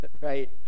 Right